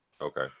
Okay